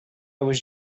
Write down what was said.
was